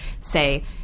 say